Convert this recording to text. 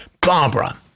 Barbara